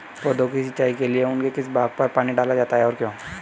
पौधों की सिंचाई के लिए उनके किस भाग पर पानी डाला जाता है और क्यों?